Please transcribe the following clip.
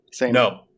No